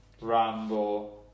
Rambo